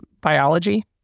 biology